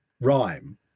rhyme